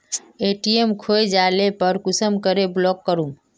ATM खोये जाले पर कुंसम करे ब्लॉक करूम?